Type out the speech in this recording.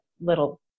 little